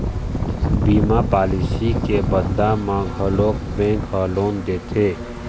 बीमा पॉलिसी के बदला म घलोक बेंक ह लोन देथे